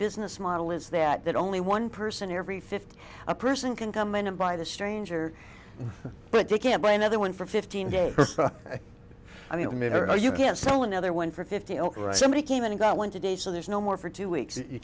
business model is that that only one person every fifty a person can come in and buy the stranger but they can't buy another one for fifteen days i mean here you can't sell another one for fifty and somebody came and got one today so there's no more for two weeks you